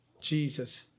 Jesus